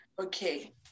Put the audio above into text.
okay